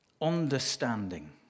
Understanding